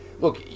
look